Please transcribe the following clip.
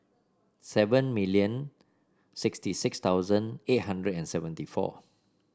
seven million sixty six thousand eight hundred and seventy four